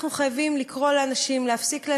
אנחנו חייבים לקרוא לאנשים להפסיק לעשן,